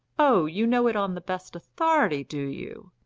oh, you know it on the best authority, do you?